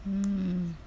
mm